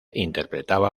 interpretaba